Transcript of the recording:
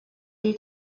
due